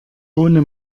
ohne